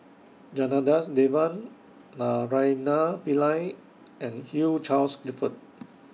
Janadas Devan Naraina Pillai and Hugh Charles Clifford